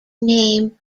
name